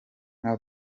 nka